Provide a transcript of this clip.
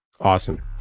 Awesome